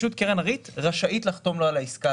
אנחנו מאפשרים לקרן ריט לחתום לו על העסקה